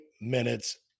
minutes